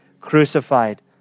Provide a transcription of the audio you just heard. crucified